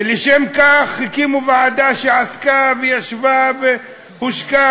ולשם כך הקימו ועדה שעסקה וישבה והושקע.